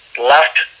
left